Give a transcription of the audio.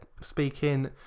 speaking